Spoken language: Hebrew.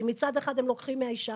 כי מצד אחד הם לוקחים מהאישה,